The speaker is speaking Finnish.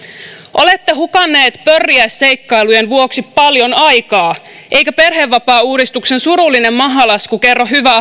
olette hukanneet pörriäisseikkailujen vuoksi paljon aikaa eikä perhevapaauudistuksen surullinen mahalasku kerro hyvää